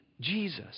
Jesus